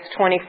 24